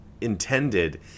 intended